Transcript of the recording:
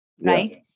Right